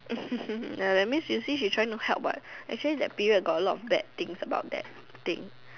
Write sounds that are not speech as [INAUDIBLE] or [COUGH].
[NOISE] ya that means you see she trying to help what actually that period got a lot bad things about that thing